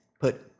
put